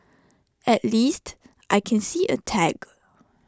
at least I can see A tag